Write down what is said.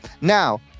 Now